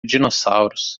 dinossauros